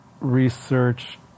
research